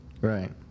Right